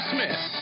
Smith